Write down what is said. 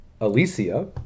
Alicia